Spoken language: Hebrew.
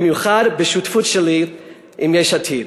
במיוחד בשותפות שלי עם יש עתיד.